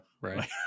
right